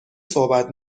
صحبت